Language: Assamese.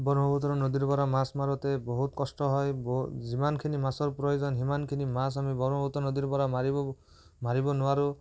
ব্ৰহ্মপুত্ৰ নদীৰ পৰা মাছ মাৰোঁতে বহুত কষ্ট হয় বহু যিমানখিনি মাছৰ প্ৰয়োজন সিমানখিনি মাছ আমি ব্ৰহ্মপুত্ৰ নদীৰ পৰা মাৰিব মাৰিব নোৱাৰোঁ